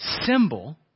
symbol